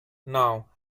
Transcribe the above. now